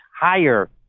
higher